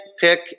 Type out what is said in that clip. pick